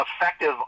effective